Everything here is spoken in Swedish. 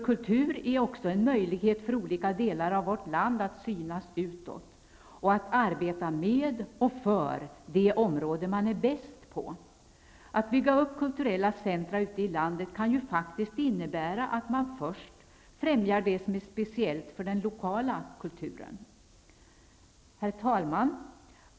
Kultur är också en möjlighet för olika delar av vårt land att synas utåt och att arbeta med och för det område man är bäst på. Att bygga upp kulturella centra ute i landet kan ju faktiskt innebära att det som är speciellt för den lokala kulturen främjas först. Herr talman!